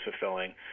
fulfilling